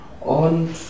Und